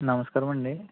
నమస్కారం అండి